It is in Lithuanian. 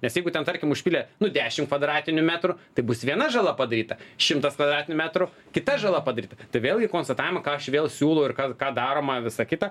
nes jeigu ten tarkim užpylė nu dešim kvadratinių metrų tai bus viena žala padaryta šimtas kvadratinių metrų kita žala padaryta tai vėlgi konstatavimą ką aš vėl siūlau ir ką ką daroma visa kita